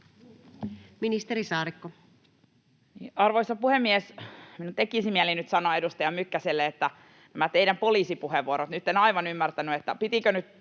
Ministeri Saarikko. Arvoisa puhemies! Tekisi mieli nyt sanoa edustaja Mykkäselle näistä teidän poliisipuheenvuoroista, että nyt en aivan ymmärtänyt, pitikö nyt